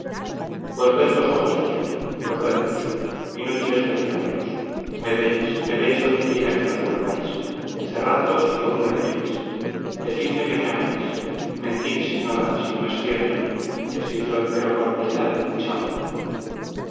volved los ojos hacia mí volvedlos inútil es retirarlos me veis me veis donde quiera que los volváis cerradlos y aún me veréis decidme que me amáis mentid señora si no es cierto decidlo empero por piedad y salgo